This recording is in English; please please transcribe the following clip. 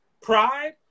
pride